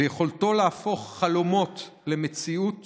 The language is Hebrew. ויכולתו להפוך חלומות למציאות